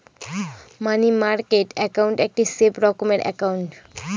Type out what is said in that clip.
মানি market account একটি safe রকমের account